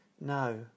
No